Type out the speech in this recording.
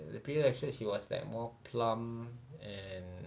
the previous episode she was like more plump and